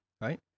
right